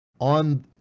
on